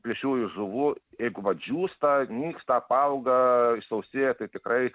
plėšriųjų žuvų jeigu va džiūsta nyksta apauga išsausėja tai tikrai